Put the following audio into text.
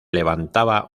levantaba